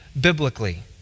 biblically